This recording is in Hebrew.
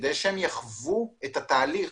כדי שהם יחוו את התהליך